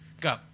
Go